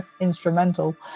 instrumental